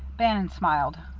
bannon smiled.